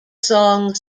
song